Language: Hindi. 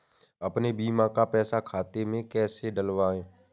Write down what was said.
अपने बीमा का पैसा खाते में कैसे डलवाए?